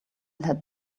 had